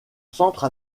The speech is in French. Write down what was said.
centre